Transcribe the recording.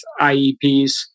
IEPs